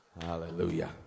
Hallelujah